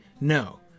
No